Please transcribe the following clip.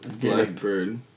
blackbird